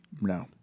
No